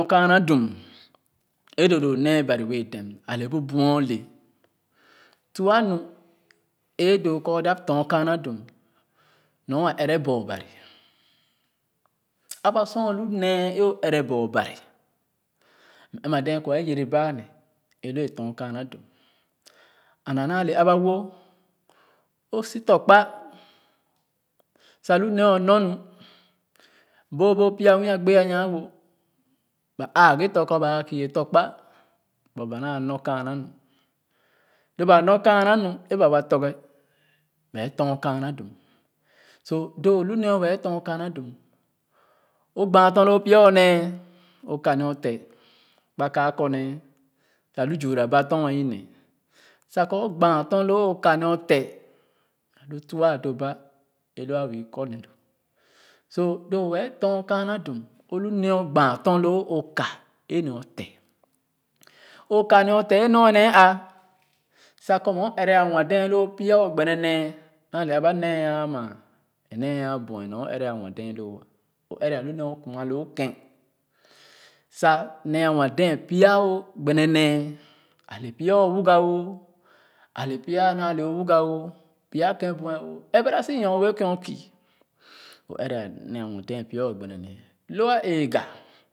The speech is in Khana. Kaana dum é doo doo nee Bari wɛɛ dem a le bu buɛ o le tuah nu e doo kɔ o dap kaana dum nɔr a ɛrɛ bor Bari m ɛn-ma dee kɔ é yɛrɛ ba ne é lo a tɔn kaana dum and a na le aba woh o si tɔ̃ kpa sa lu nee o nɔr nu booboo pya nwii a kpé a nyaa wo ba ãã ghe tɔ̃ ba kii e tɔ̃ kpa but ba naa nɔr kaana nu lo ba nɔr kɛana nu é ba wa tɔrge ba tɔŋ kaana dum so doo lu nee wa tɔŋ kaana o gba tɔr loo pya o nee o ka nee o te kpa kae kɔrne sa lu zwura ba tɔr a i ne sa kɔ o gba tɔr loo o ka nee o te alu tuah a doba é lu a bee i kɔrne so lo wɛɛ tɔr kaana dum o lu nee o gbaa tɔr loo o ka e nee o te o ka ne o te é nue nee a sa kɔ mɛ o ɛrɛ a nwa-dee pya o gbene nee naa le aba nee ãã ma ne nee a buɛ nor ɛrɛ a nwao-dée lo a o ɛrɛ a lu nee a kuma loo kèn sa nee a nwa-dɛɛ pya o gbene nee a le pya o wuga o ale pya a naale o wuga o pya kén buɛ ɛrɛba si nyor-ue kén o kiio ɛrɛ nee a nwa pya gbene nee lo a ɛgah.